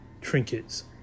trinkets